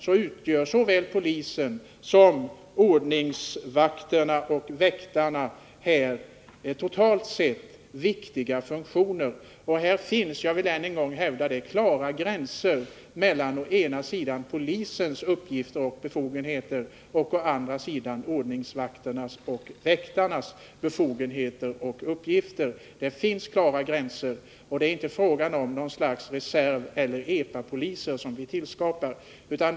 Såväl poliser som ordningsvakter och väktare fyller därför viktiga funktioner. Här finns, jag vill än en gång hävda det, klara gränser mellan å ena sidan polisens och å andra sidan ordningsvakternas och väktarnas uppgifter och befogenheter. Det är inte fråga om att vi skapar något slags reservpoliser eller epapoliser.